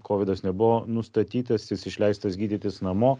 kovidas nebuvo nustatytas jis išleistas gydytis namo